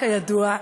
כידוע,